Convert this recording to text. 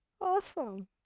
awesome